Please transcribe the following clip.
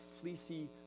fleecy